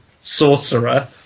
sorcerer